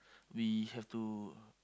we have to